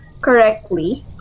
correctly